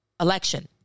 election